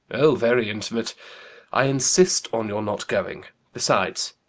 oh, very intimate i insist on your not going besides,